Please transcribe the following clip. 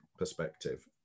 perspective